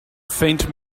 faint